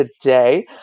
today